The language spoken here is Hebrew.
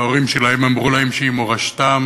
וההורים שלהם אמרו להם שהיא מורשתם.